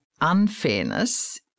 unfairness